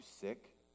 sick